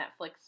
Netflix